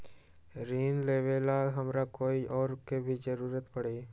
ऋन लेबेला हमरा कोई और के भी जरूरत परी?